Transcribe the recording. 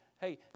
hey